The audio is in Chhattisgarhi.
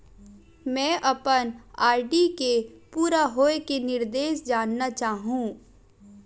मैं अपन आर.डी के पूरा होये के निर्देश जानना चाहहु